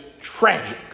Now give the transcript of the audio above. tragic